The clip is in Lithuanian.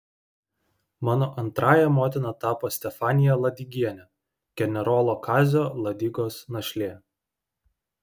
mano antrąja motina tapo stefanija ladigienė generolo kazio ladigos našlė